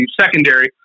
secondary